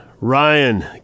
Ryan